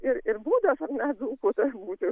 ir ir būdas ar ne dzūkų toks būti